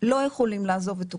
לא יכולים לעזוב את אוקראינה.